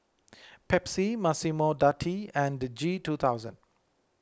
Pepsi Massimo Dutti and G two thousand